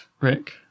Rick